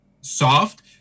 soft